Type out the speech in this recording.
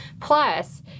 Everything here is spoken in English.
plus